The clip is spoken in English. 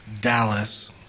Dallas